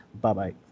Bye-bye